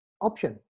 option